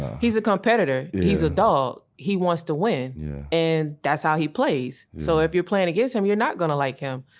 he's a competitor. he's a dog. he want to win yeah and that's how he plays. so if you're playing against him you're not gonna like him.